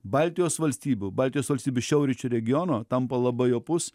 baltijos valstybių baltijos valstybių šiaurryčių regiono tampa labai opus